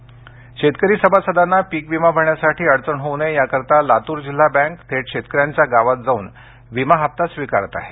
पीक विमा शेतकरी सभासदांना पीक विमा भरण्यासाठी अडचण होवू नये यासाठी लातूर जिल्हा बँक थेट शेतकऱ्यांच्या गावात जाऊन विमा हप्ता स्वीकारत आहे